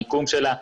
המיקום שלה,